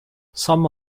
some